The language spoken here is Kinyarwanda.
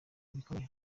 bikomeye